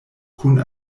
kun